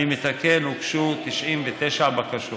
אני מתקן, הוגשו 99 בקשות